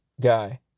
guy